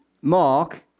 Mark